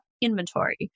inventory